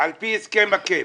על פי הסכם ה-קייפ.